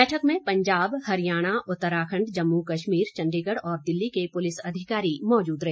बैठक में पंजाब हरियाणा उत्तराखंड जम्मू कश्मीर चंड़ीगढ़ और दिल्ली के पुलिस अधिकारी मौजूद रहे